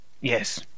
Yes